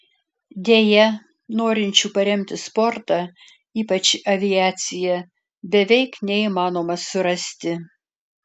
deja norinčių paremti sportą ypač aviaciją beveik neįmanoma surasti